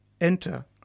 enter